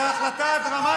את החלטה הדרמטית להקל,